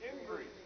Increase